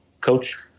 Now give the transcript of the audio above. coach